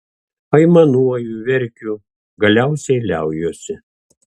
aimanuoju verkiu galiausiai liaujuosi